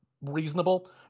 reasonable